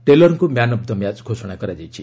ଟେଲରଙ୍କୁ man of the match ଘୋଷଣା କରାଯାଇଛି